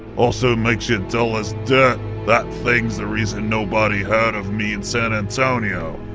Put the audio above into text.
also makes you dull as dirt that thing's the reason nobody heard of me in san antonio